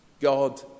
God